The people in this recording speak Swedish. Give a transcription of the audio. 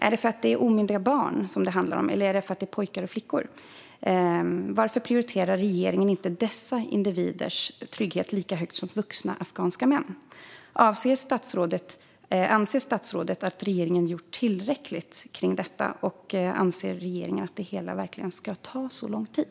Är det för att det handlar om omyndiga barn eller för att det är pojkar och flickor? Varför prioriterar regeringen inte dessa individers trygghet lika högt som vuxna afghanska mäns? Anser statsrådet att regeringen har gjort tillräckligt, och anser regeringen att det hela verkligen ska ta så lång tid?